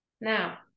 Now